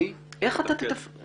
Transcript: הוא עוד לא נכנס לתפקידו.